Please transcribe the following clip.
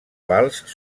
vals